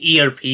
ERP